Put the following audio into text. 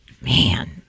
Man